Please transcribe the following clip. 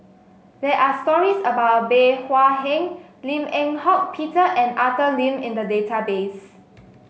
there are stories about Bey Hua Heng Lim Eng Hock Peter and Arthur Lim in the database